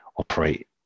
operate